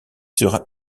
sera